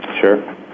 Sure